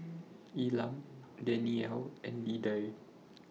Elam Dannielle and Lidie